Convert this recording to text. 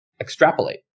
extrapolate